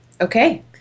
Okay